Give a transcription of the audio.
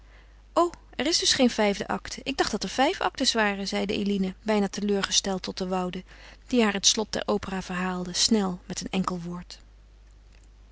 o er is dus geen vijfde acte ik dacht dat er vijf actes waren zeide eline bijna teleurgesteld tot de woude die haar het slot der opera verhaalde snel met een enkel woord